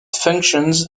functions